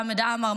חמד עמאר,